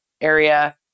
area